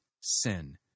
sin